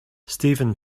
steven